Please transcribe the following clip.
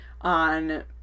on